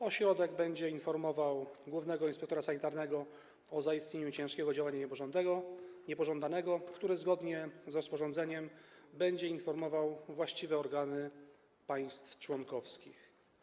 Ośrodek będzie informował głównego inspektora sanitarnego o zaistnieniu ciężkiego działania niepożądanego, który zgodnie z rozporządzeniem będzie informował właściwe organy państw członkowskich.